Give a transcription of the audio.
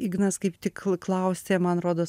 ignas kaip tik klausė man rodos